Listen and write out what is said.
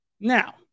Now